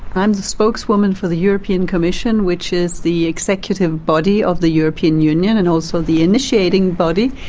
i am the spokeswoman for the european commission which is the executive body of the european union and also the initiating body,